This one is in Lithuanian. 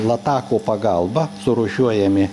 latako pagalba surūšiuojami